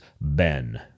Ben